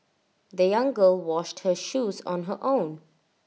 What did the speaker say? the young girl washed her shoes on her own